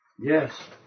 Yes